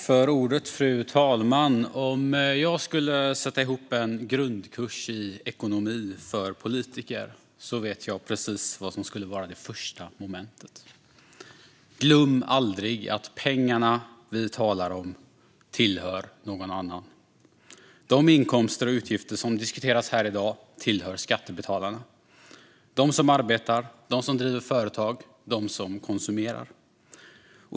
Fru talman! Om jag skulle sätta ihop en grundkurs i ekonomi för politiker vet jag precis vad som skulle vara det första momentet: Glöm aldrig att pengarna vi talar om tillhör någon annan! De inkomster och utgifter som diskuteras här i dag tillhör skattebetalarna. De tillhör dem som arbetar, driver företag och konsumerar.